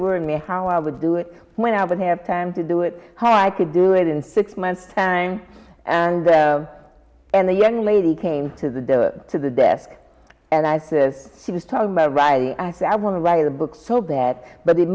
worried me how i would do it when i would have time to do it how i could do it in six months time and and the young lady came to the to the desk and i says she was talking about writing i said i want to write a book so bad but it